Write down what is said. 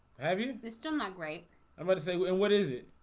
have you mister migrate i'm gonna say what and what is it?